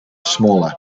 smaller